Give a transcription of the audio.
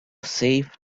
safe